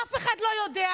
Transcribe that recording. אף אחד לא יודע.